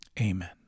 amen